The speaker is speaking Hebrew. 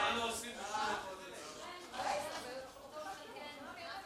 ההצעה להעביר את הצעת חוק הסדרת העיסוק בקרינה מייננת,